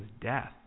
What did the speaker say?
death